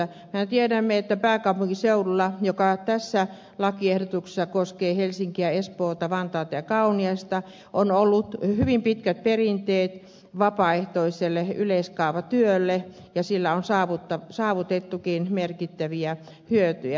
mehän tiedämme että pääkaupunkiseudulla joka tässä lakiehdotuksessa koskee helsinkiä espoota vantaata ja kauniaista on ollut hyvin pitkät perinteet vapaaehtoiselle yleiskaavatyölle ja sillä on saavutettukin merkittäviä hyötyjä